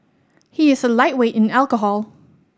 he is a lightweight in alcohol